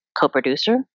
co-producer